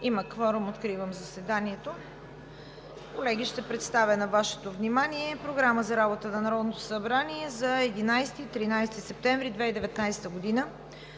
Има кворум. Откривам заседанието. Колеги, ще представя на Вашето внимание Програма за работата на Народното събрание за 11 – 13 май 2019 г.: „1.